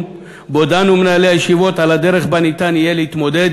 שבו דנו מנהלי הישיבות על הדרך שבה ניתן יהיה להתמודד